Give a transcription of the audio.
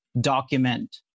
document